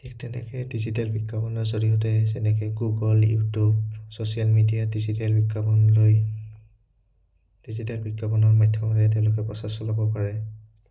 ঠিক তেনেকৈ ডিজিটেল বিজ্ঞাপনৰ জৰিয়তে যেনেকৈ গুগল ইউটিউব ছ'চিয়েল মিডিয়াত ডিজিটেল বিজ্ঞাপনলৈ ডিজিটেল বিজ্ঞাপনৰ মাধ্যমৰে তেওঁলোকে প্ৰচেছ চলাব পাৰে